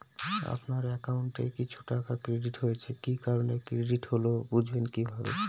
আপনার অ্যাকাউন্ট এ কিছু টাকা ক্রেডিট হয়েছে কি কারণে ক্রেডিট হল বুঝবেন কিভাবে?